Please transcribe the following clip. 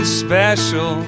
special